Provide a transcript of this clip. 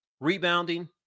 rebounding